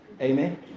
Amen